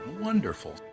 Wonderful